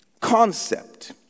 concept